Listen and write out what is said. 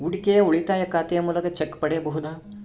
ಹೂಡಿಕೆಯ ಉಳಿತಾಯ ಖಾತೆಯ ಮೂಲಕ ಚೆಕ್ ಪಡೆಯಬಹುದಾ?